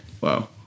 Wow